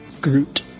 Groot